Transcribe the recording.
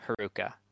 Haruka